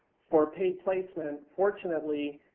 for paid placement, fortunately,